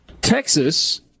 Texas